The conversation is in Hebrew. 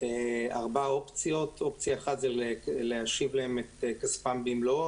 ארבע אופציות: אופציה אחת זה להשיב להם את כספם במלואו.